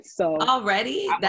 Already